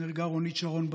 נהרגה רונית שרון,